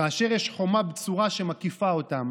כאשר יש חומה בצורה שמקיפה אותם